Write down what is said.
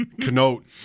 connote